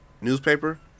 newspaper